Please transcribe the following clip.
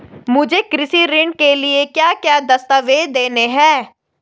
मुझे कृषि ऋण के लिए क्या क्या दस्तावेज़ देने हैं?